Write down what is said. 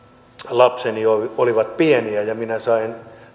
lapseni olivat pieniä ja minä sain